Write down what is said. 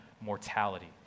mortality